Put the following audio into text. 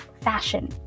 fashion